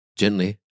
Gently